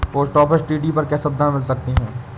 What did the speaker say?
Post office TD पर क्या सुविधाएँ मिल सकती है?